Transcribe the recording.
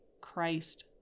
Christ